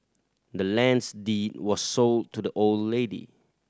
the land's deed was sold to the old lady